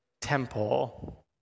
temple